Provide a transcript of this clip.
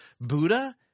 Buddha